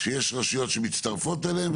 שיש רשויות שמצטרפות אליהן,